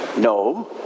No